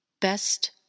best